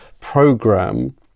program